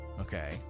Okay